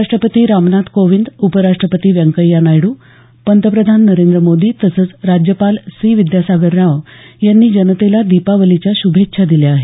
राष्ट्रपती रामनाथ कोविंद उपराष्ट्रपती व्यंकय्या नायडू पंतप्रधान नरेंद्र मोदी तसंच राज्यपाल सी विद्यासागर राव यांनी जनतेला दीपावलीच्या श्भेच्छा दिल्या आहेत